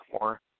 more